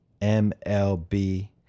MLB